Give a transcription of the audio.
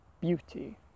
beauty